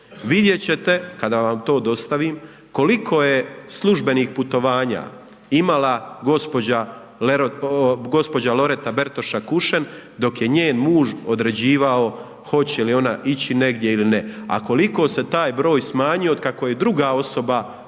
vidjeti ćete kada vam to dostavim, koliko je službenih putovanja imala gđa. Loreta Bertoša Kušen, dok je njen muž određivao hoće li ona ići negdje ili ne. A koliko se taj broj smanjio od kako je druga osoba na